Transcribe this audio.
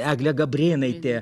eglė gabrėnaitė